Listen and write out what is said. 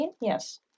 Yes